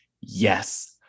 Yes